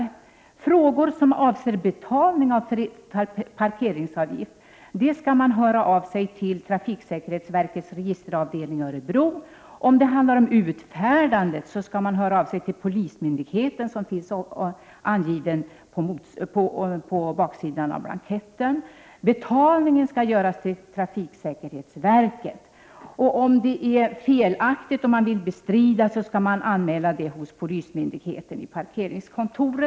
I frågor som avser betalning av parkeringsavgift skall man höra av sig till trafiksäkerhetsverkets registeravdelning i Örebro. Men om det handlar om utfärdandet skall man höra av sig till den polismyndighet som anges på baksidan av blanketten. Betalning skall göras till trafiksäkerhetsverket. Om det hela är felaktigt och man vill bestrida, skall man göra en anmälan hos polismyndigheten, parkeringskontoret.